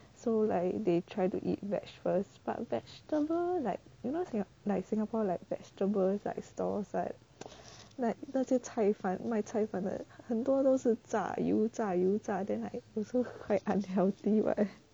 so like they try to eat veg first but vegetable like you know singapore like vegetable like stalls like like 那些菜饭卖菜饭的很多都是炸油炸油炸 then like also like unhealthy [what]